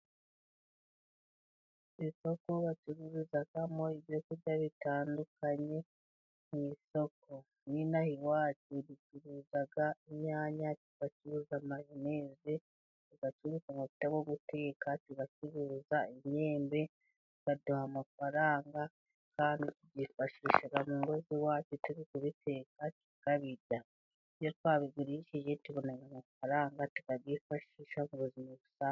Mu isoko bacuruzamo ibyo kurya bitandukanye. Mu isoko ry'inaha iwacu, ducuruza inyanya, tugacuruza mayoneze, tugacuruza amavuta yo guteka, tugacuruza imyembe, baduha amafaranga. Kandi tubyifashisha mu ngo iwacu, tukabiteka tukabirya. Iyo twabigurishije, tubona amafaranga, tukabyifashisha mu buzima busanzwe.